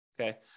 Okay